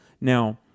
Now